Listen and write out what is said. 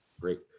great